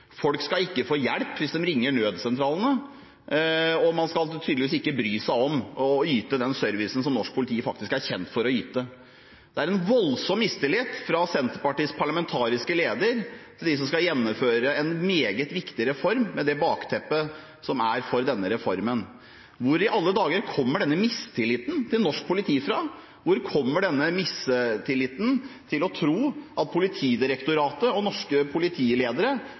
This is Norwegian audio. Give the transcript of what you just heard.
folk skal ikke få hjelp hvis de ringer nødsentralene, og man skal tydeligvis ikke bry seg om å yte den servicen som norsk politi faktisk er kjent for å yte. Det er en voldsom mistillit fra Senterpartiets parlamentariske leder til dem som skal gjennomføre en meget viktig reform, med det bakteppet som er for denne reformen. Hvor i alle dager kommer denne mistilliten til norsk politi fra? Hvor kommer denne troen på at Politidirektoratet og norske politiledere